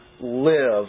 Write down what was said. live